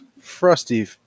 frosty